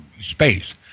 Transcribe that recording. space